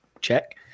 check